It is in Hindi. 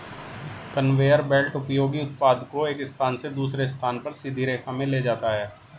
कन्वेयर बेल्ट उपयोगी उत्पाद को एक स्थान से दूसरे स्थान पर सीधी रेखा में ले जाता है